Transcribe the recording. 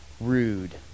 rude